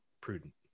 prudent